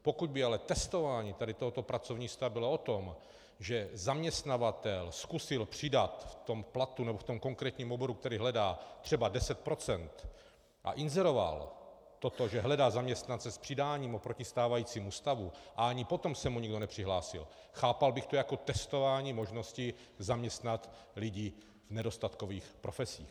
Pokud by ale testování tady tohoto pracovního místa bylo o tom, že zaměstnavatel zkusil přidat v tom platu nebo v tom konkrétním oboru, který hledá, třeba deset procent a inzeroval toto, že hledá zaměstnance s přidáním oproti stávajícímu stavu, a ani potom se mu nikdo nepřihlásil, chápal bych to jako testování možnosti zaměstnat lidi v nedostatkových profesích.